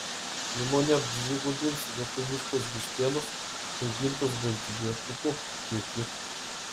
įmonė dvigubins lietuviškos vištienos užaugintos be antibiotikų kiekį